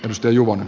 risto juvonen